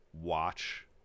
watch